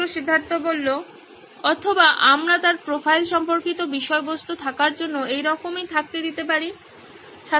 ছাত্র সিদ্ধার্থ অথবা আমরা তার প্রোফাইল সম্পর্কিত বিষয়বস্তু থাকার জন্য এরকমই থাকতে দিতে পারি